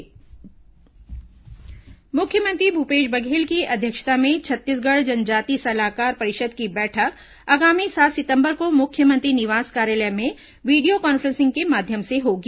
मुख्यमंत्री बैठक मुख्यमंत्री भूपेश बघेल की अध्यक्षता में छत्तीसगढ़ जनजातीय सलाहकार परिषद की बैठक आगामी सात सितंबर को मुख्यमंत्री निवास कार्यालय में वीडियो कॉन्फ्रेंसिंग के माध्यम से होगी